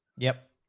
yep.